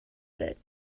bit